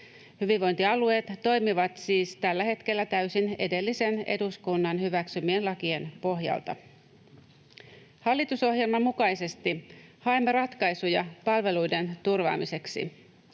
Hyvinvointialueet toimivat siis tällä hetkellä täysin edellisen eduskunnan hyväksymien lakien pohjalta. Hallitusohjelman mukaisesti haemme ratkaisuja palveluiden turvaamiseksi.